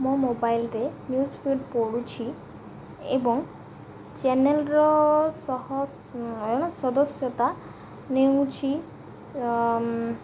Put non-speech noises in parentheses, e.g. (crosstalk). ମୋ ମୋବାଇଲ୍ରେ ନ୍ୟୁଜ୍ଫିଡ଼୍ ପଢ଼ୁଛି ଏବଂ ଚ୍ୟାନେଲ୍ର (unintelligible) ସଦସ୍ୟତା ନେଉଛି